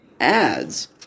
adds